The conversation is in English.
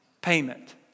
payment